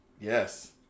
Yes